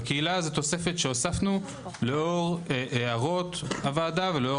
בקהילה זו תוספת שהוספנו לאור הערות הוועדה ולאור